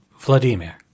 Vladimir